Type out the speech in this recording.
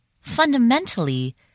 fundamentally